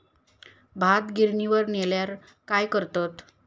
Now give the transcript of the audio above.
भात गिर्निवर नेल्यार काय करतत?